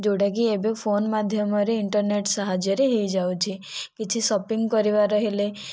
ଯେଉଁଟାକି ଏବେ ଫୋନ ମାଧ୍ୟମରେ ଇଣ୍ଟର୍ନେଟ ସାହାଯ୍ୟରେ ହେଇଯାଉଛି କିଛି ସପିଂ କରିବାର ହେଲେ